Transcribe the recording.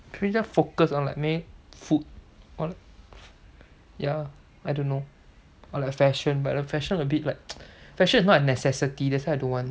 can we just focus on like maybe food or like ya I don't know or like fashion but the fashion a bit like fashion is not a necessity so I don't want